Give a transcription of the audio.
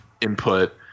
input